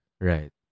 Right